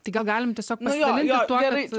tai gal galim tiesiog pasidalinti tuo kad